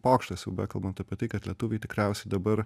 pokštas jau bekalbant apie tai kad lietuviai tikriausiai dabar